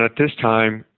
but this time,